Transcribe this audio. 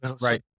Right